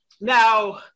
now